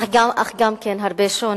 אך גם כן הרבה שוני.